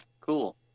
Cool